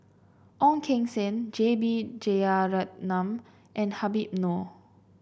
Ong Keng Sen J B Jeyaretnam and Habib Noh